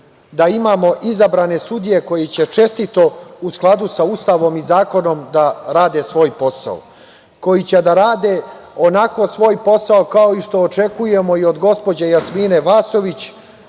imamo izabrane sudije koji će čestito, u skladu sa Ustavom i zakonom da rade svoj posao, koji će da rade svoj posao kao što očekujemo i od gospođe Jasmine Vasović,